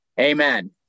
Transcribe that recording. amen